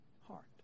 heart